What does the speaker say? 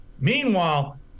Meanwhile